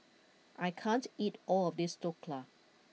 I can't eat all of this Dhokla